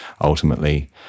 ultimately